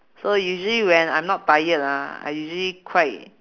so usually when I'm not tired ah I usually quite